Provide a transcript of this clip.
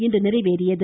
இன்று நிறைவேறியது